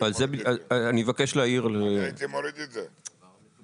הייתי מוריד את זה.